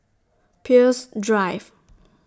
Peirce Drive